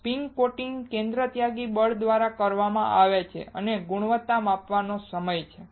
spin coating કેન્દ્રત્યાગી બળ દ્વારા કરવામાં આવે છે અને તે ગુણવત્તા માપવાનો સમય છે